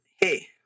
Hey